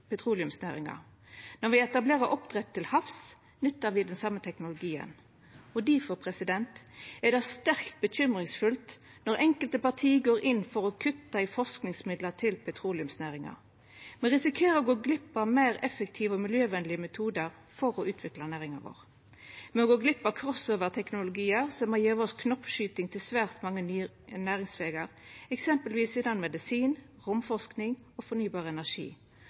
petroleumsnæringa. Når me etablerer oppdrett til havs, nyttar me den same teknologien, og difor er det sterkt bekymringsfullt når enkelte parti går inn for å kutta i forskingsmidlar til petroleumsnæringa. Me risikerer å gå glipp av meir effektive og miljøvenlege metodar for å utvikla næringa vår. Me går glipp av «crossover»-teknologiar som har gjeve oss knoppskyting til svært mange nye næringsvegar, eksempelvis innan medisin, romforsking og fornybar energi,